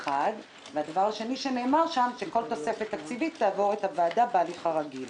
הדבר השני שנאמר שם - שכל תוספת תקציבית תעבור את הוועדה בהליך הרגיל.